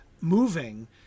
moving